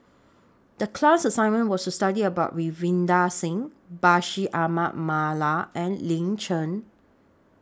The class assignment was to study about Ravinder Singh Bashir Ahmad Mallal and Lin Chen